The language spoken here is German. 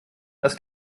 das